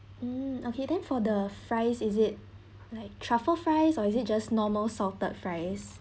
mm okay then for the fries is it like truffle fries or is it just normal salted fries